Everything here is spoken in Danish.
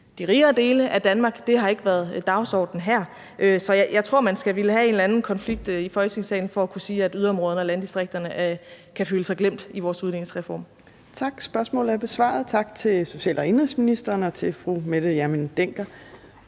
de rigere dele af Danmark. Det har ikke været dagsordenen her. Så jeg tror, at man skal ville have en eller anden konflikt i Folketingssalen for at kunne sige, at yderområderne og landdistrikterne kan føle sig glemt i vores udligningsreform. Kl. 14:35 Fjerde næstformand (Trine Torp): Tak. Spørgsmålet er besvaret. Tak til social- og indenrigsministeren og til fru Mette Hjermind Dencker.